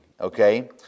okay